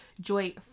joy